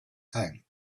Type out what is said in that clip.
time